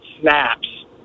snaps